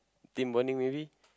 team bonding maybe